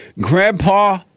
Grandpa